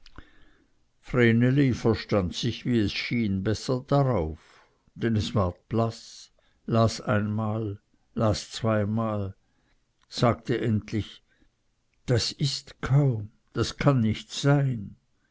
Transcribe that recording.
vreneli verstand sich wie es schien besser darauf denn es ward blaß las einmal las zweimal sagte endlich das ist kaum das kann nicht sein